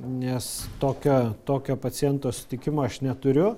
nes tokio tokio paciento sutikimo aš neturiu